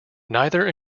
neither